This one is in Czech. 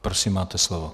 Prosím, máte slovo.